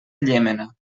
llémena